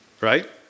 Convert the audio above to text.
right